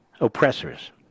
oppressors